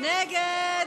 קיש.